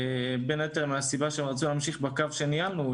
בין היתר מן הסיבה שהם רצו להמשיך בקו שניהלנו,